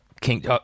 King